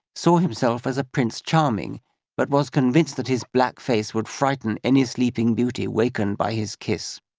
saw himself as a prince charming but was convinced that his black face would frighten any sleeping beauty wakened by his kiss.